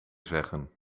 zeggen